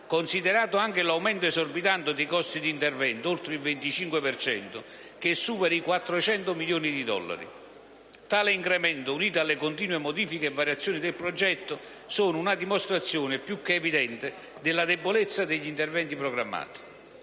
considerato anche l'aumento esorbitante dei costi di intervento (oltre il 25 per cento) che supera i 400 milioni di dollari. Tale incremento, unito alle continue modifiche e variazioni del progetto, è una dimostrazione più che evidente della debolezza degli interventi programmati.